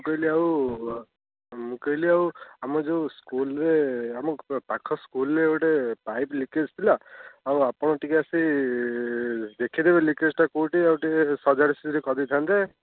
ମୁଁ କହିଲି ଆଉ ମୁଁ କହିଲି ଆଉ ଆମ ଯେଉଁ ସ୍କୁଲରେ ଆମ ପାଖ ସ୍କୁଲରେ ଗୋଟେ ପାଇପ୍ ଲିକେଜ୍ ଥିଲା ଆଉ ଆପଣ ଆସି ଟିକେ ଦେଖି ଦେବେ ଲିକେଜ୍ଟା କେଉଁଠି ଟିକେ ସଜଡ଼ା ସଜଡ଼ି କରି ଦେଇଥାନ୍ତେ